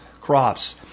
crops